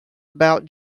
about